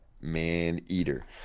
Maneater